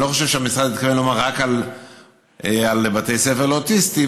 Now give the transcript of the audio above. ואני לא חושב שהמשרד התכוון לומר רק על בתי ספר לאוטיסטים,